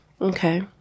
Okay